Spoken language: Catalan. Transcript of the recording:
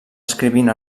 escrivint